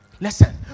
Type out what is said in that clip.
Listen